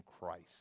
Christ